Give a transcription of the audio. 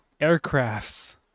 aircrafts